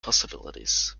possibilities